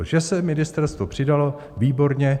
Že se ministerstvo přidalo, výborně.